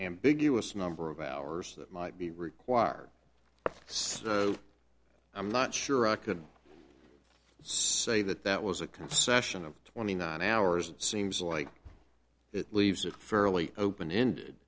ambiguous number of hours that might be required so i'm not sure i could say that that was a concession of twenty nine hours seems like it leaves a fairly open ended